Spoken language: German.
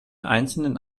einzelnen